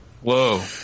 Whoa